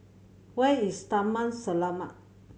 where is Taman Selamat